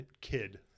kid